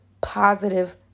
positive